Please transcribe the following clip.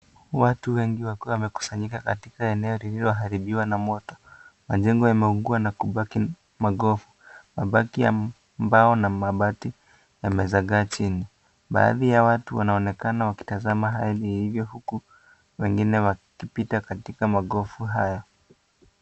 Watu wengi wakiwa wamekusanyika katika eneo lililoharibiwa na moto. Majengo yameungua na kubaki magofu. Mabaki ya mbao na mabati yamezagaa chini. Baadhi ya watu wanaonekana wakitazama hali ilivyo huku wengine wakipita katika magofu hayo.